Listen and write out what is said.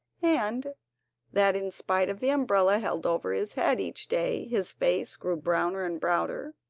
and that in spite of the umbrella held over his head each day his face grew browner and browner,